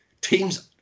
teams